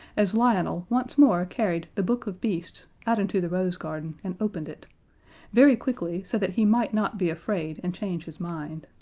as lionel once more carried the book of beasts out into the rose garden, and opened it very quickly, so that he might not be afraid and change his mind.